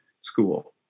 school